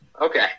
Okay